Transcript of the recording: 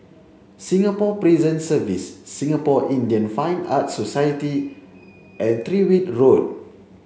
Singapore Prison Service Singapore Indian Fine Arts Society and Tyrwhitt Road